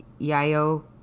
Yayo